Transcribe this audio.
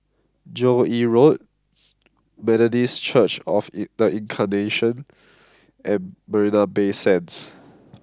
Joo Yee Road Methodist Church of the Incarnation and Marina Bay Sands